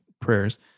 prayers